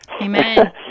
amen